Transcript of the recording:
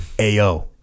AO